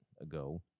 ago